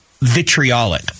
vitriolic